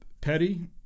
Petty